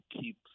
keep